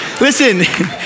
Listen